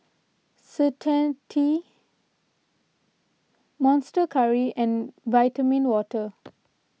Certainty Monster Curry and Vitamin Water